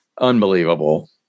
Unbelievable